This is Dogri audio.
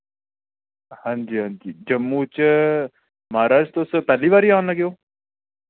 हांजी हांजी जम्मू च महाराज तुस पैह्ली बारी आन लगे ओ